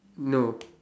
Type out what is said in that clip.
no